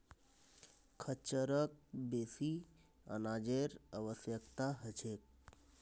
खच्चरक बेसी अनाजेर आवश्यकता ह छेक